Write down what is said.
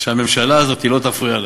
שהממשלה הזאת לא תפריע להם,